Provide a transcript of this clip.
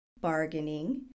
bargaining